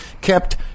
kept